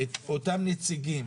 אותם נציגים